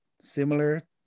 similar